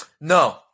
No